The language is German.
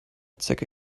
zecke